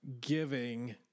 giving